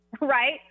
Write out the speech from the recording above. right